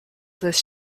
this